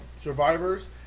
survivors